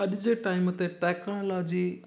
अॼु जे टाइम ते टेक्नोलॉजी